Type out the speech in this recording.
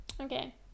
okay